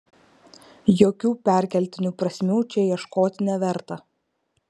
jokių perkeltinių prasmių čia ieškoti neverta